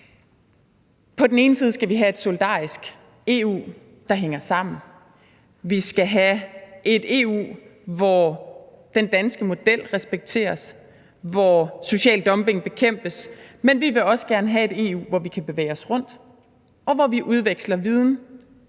På den ene side skal vi have et solidarisk EU, der hænger sammen. Vi skal have et EU, hvor den danske model respekteres, hvor social dumping bekæmpes. Men vi vil også gerne have et EU, hvor vi kan bevæge os rundt, og hvor vi udveksler viden